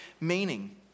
meaning